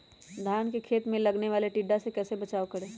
धान के खेत मे लगने वाले टिड्डा से कैसे बचाओ करें?